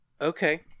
okay